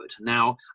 now